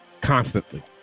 constantly